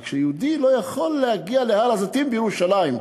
אבל כשיהודי לא יכול להגיע להר-הזיתים בירושלים,